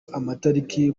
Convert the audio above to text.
amatariki